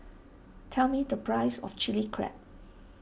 tell me the price of Chilli Crab